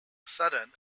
southern